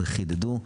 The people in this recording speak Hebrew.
וחידדו,